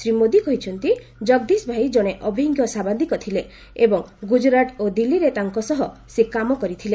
ଶ୍ରୀ ମୋଦି କହିଛନ୍ତି ଜଗଦୀଶ ଭାଇ ଜଣେ ଅଭିଜ୍ଞ ସାମ୍ବାଦିକ ଥିଲେ ଏବଂ ଗୁଜରାଟ ଓ ଦିଲ୍ଲୀରେ ତାଙ୍କ ସହ ସେ କାମ କରିଥିଲେ